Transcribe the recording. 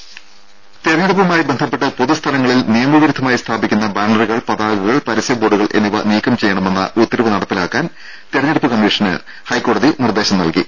ടെട തെരഞ്ഞെടുപ്പുമായി ബന്ധപ്പെട്ട് പൊതുസ്ഥലങ്ങളിൽ നിയമ വിരുദ്ധമായി സ്ഥാപിക്കുന്ന ബാനറുകൾ പതാകകൾ പരസ്യ ബോർഡുകൾ എന്നിവ നീക്കം ചെയ്യണമെന്ന ഉത്തരവ് നടപ്പിലാക്കാൻ തെരഞ്ഞെടുപ്പ് കമ്മീഷന് ഹൈക്കോടതി നിർദേശം നൽകി